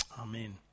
amen